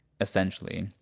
essentially